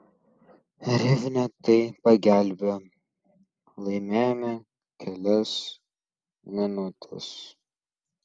rivne tai pagelbėjo laimėjome kelias minutes